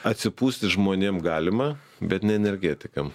atsipūsti žmonėm galima bet ne energetikam